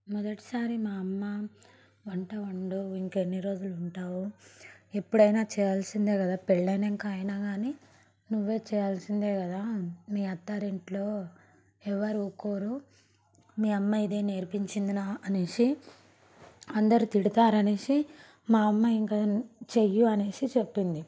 మొదటి సారి మా అమ్మ వంట వండు ఇంక ఎన్ని రోజులు ఉంటావు ఎప్పుడైనా చెయ్యాల్సిందే కదా పెళ్ళైనాక అయినా కానీ నువ్వే చెయ్యాల్సిందే గదా మీ అత్తారింట్లో ఎవరు ఊరుకోరు మీ అమ్మ ఇదే నేర్పించిందా అని అందరు తిడతారు అని మా అమ్మ ఇంక చెయ్యి అని చెప్పింది